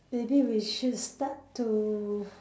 maybe we should start to